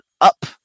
up